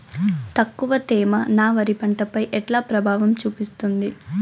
తక్కువ తేమ నా వరి పంట పై ఎట్లా ప్రభావం చూపిస్తుంది?